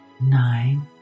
nine